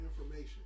information